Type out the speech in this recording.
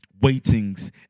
waitings